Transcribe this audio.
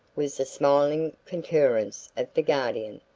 was the smiling concurrence of the guardian.